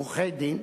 עורכי-דין,